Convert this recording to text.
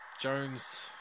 Jones